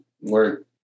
work